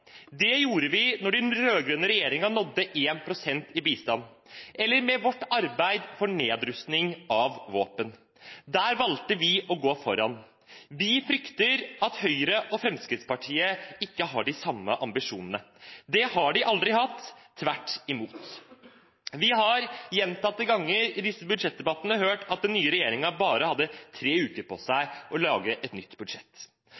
Det gjorde vi da den rød-grønne regjeringen nådde 1 pst. i bistand, eller med vårt arbeid for nedrustning av våpen. Der valgte vi å gå foran. Vi frykter at Høyre og Fremskrittspartiet ikke har de samme ambisjonene. Det har de aldri hatt – tvert imot. Vi har gjentatte ganger i disse budsjettdebattene hørt at den nye regjeringen bare har hatt tre uker på seg til å lage et nytt budsjett.